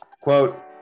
Quote